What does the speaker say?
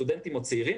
סטודנטים וצעירים